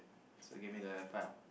so give me the file